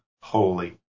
holy